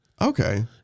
okay